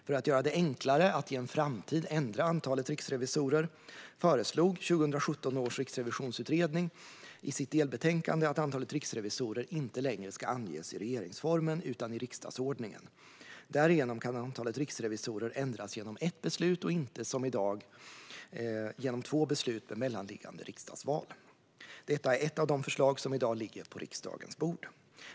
För att göra det enklare att i en framtid ändra antalet riksrevisorer föreslog 2017 års riksrevisionsutredning i sitt delbetänkande att antalet riksrevisorer inte längre ska anges i regeringsformen utan i riksdagsordningen. Därigenom kan antalet riksrevisorer ändras genom ett beslut och inte, som i dag, genom två beslut med mellanliggande riksdagsval. Detta är ett av de förslag som i dag ligger på riksdagens bord.